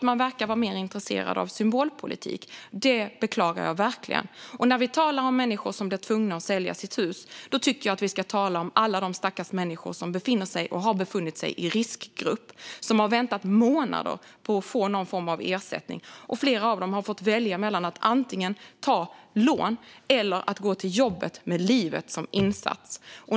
Man verkar vara mer intresserad av symbolpolitik, vilket jag beklagar. När vi talar om människor som blir tvungna att sälja sina hus tycker jag att vi ska tala om alla de stackars människor som befinner sig och har befunnit sig i riskgrupp. De har väntat i månader på att få någon form av ersättning. Flera av dem har fått välja att antingen ta lån eller att gå till jobbet med livet som insats.